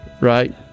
right